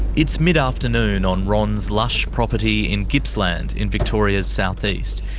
it's mid-afternoon on ron's lush property in gippsland in victoria's south-east,